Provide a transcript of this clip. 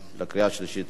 אנחנו נעשה זאת.